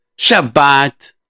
Shabbat